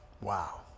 wow